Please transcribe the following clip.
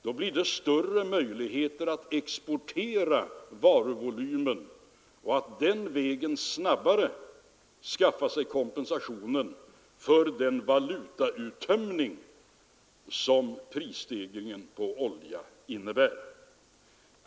Då blev det större möjligheter att exportera varuvolymen och att den vägen snabbare skaffa sig kompensation för den valutauttömning som prisstegringen på oljan innebar.